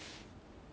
ya